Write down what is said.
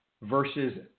versus